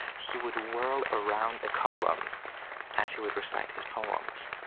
he would whirl around a column as he would recite his poems